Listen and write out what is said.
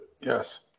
Yes